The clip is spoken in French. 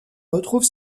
retrouve